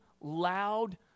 loud